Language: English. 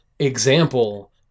example